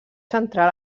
central